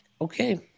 Okay